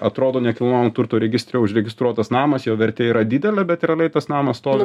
atrodo nekilnojamo turto registre užregistruotas namas jo vertė yra didelė bet realiai tas namas stovi